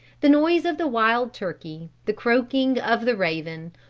the noise of the wild turkey, the croaking of the raven,